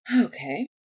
Okay